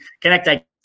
connecticut